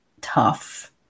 tough